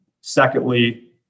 Secondly